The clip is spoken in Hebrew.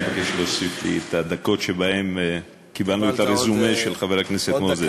אני מבקש להוסיף לי את הדקות שבהן קיבלנו את הרזומה של חבר הכנסת מוזס.